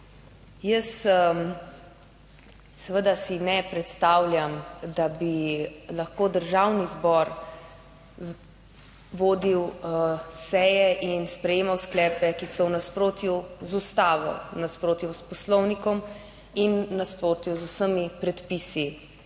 Jaz seveda si ne predstavljam, da bi lahko Državni zbor vodil seje in sprejemal sklepe, ki so v nasprotju z Ustavo, v nasprotju s Poslovnikom in v nasprotju z vsemi predpisi,